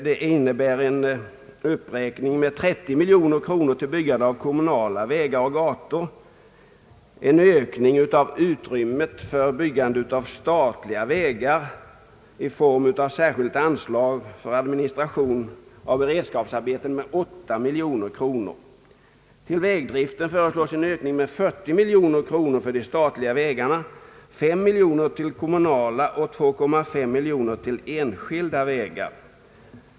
Det har gjorts en uppräkning med 30 miljoner kronor till byggandet av kommunala vägar och gator och indirekt en ökning av utrymmet för byggande av statliga vägar därför att ett särskilt anslag för administration av beredskapsarbeten med 8 miljoner kronor förordats. Till vägdriften föreslås en ökning med 40 miljoner kronor för de statliga vägarna, 5 miljoner till kommunala och 2,5 miljoner till enskilda vägar.